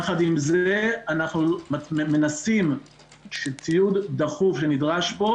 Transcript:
יחד עם זה אנחנו מנסים שציוד דחוף שנדרש פה